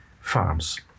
farms